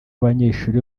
abanyeshuri